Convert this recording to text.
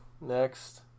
next